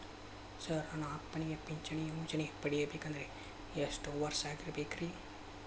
Sir ನನ್ನ ಅಪ್ಪನಿಗೆ ಪಿಂಚಿಣಿ ಯೋಜನೆ ಪಡೆಯಬೇಕಂದ್ರೆ ಎಷ್ಟು ವರ್ಷಾಗಿರಬೇಕ್ರಿ?